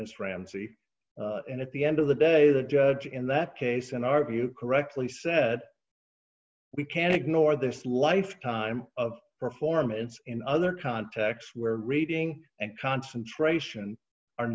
miss ramsey and at the end of the day the judge in that case and argue correctly said we can ignore this lifetime of performance in other contexts where reading and concentration are